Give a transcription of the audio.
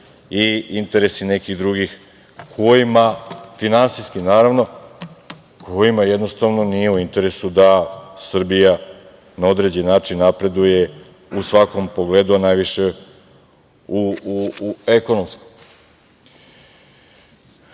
i interesi nekih drugih kojima finansijski, naravno, nije u interesu da Srbija na određeni način napreduje u svakom pogledu, a najviše u ekonomskom. Kada